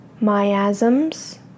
miasms